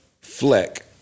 Fleck